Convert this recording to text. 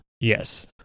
Yes